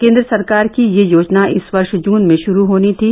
केन्द्र सरकार की यह योजना इस वर्ष जन में शुरू होनी थी